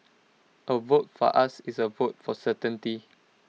A vote for us is A vote for certainty